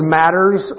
matters